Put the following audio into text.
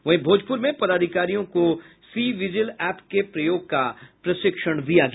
वहीं भोजपुर में पदाधिकारियों को सी विजि एप के प्रयोग का प्रशिक्षण दिया गया